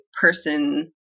person